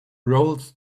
rolls